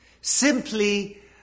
simply